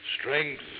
strength